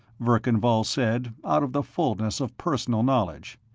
verkan vall said, out of the fullness of personal knowledge,